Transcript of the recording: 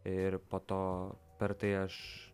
ir po to per tai aš